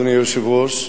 אדוני היושב-ראש,